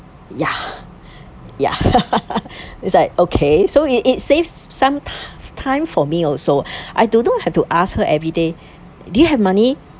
ya is like okay so it it saves some time time for me also I do not have to ask her everyday do you have money